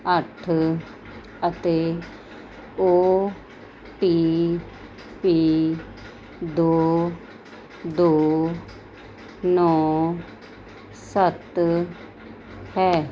ਅੱਠ ਅਤੇ O T P ਦੋ ਦੋ ਨੌਂ ਸੱਤ ਹੈ